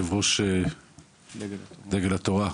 יושב-ראש דגל התורה,